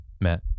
met